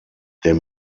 der